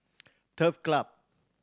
Turf Club